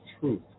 truth